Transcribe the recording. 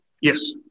Yes